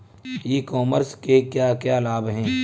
ई commerce के क्या क्या लाभ हैं?